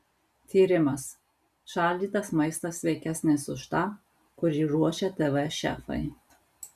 tyrimas šaldytas maistas sveikesnis už tą kurį ruošia tv šefai